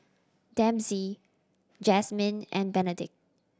Dempsey Jazmin and Benedict